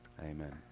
Amen